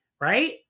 right